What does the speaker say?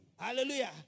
Hallelujah